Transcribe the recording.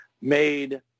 made